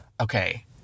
Okay